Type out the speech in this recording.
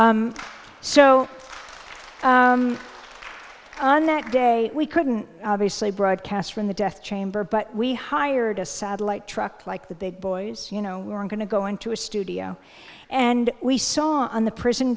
so on that day we couldn't obviously broadcast from the death chamber but we hired a satellite truck like the big boys you know we were going to go into a studio and we saw on the prison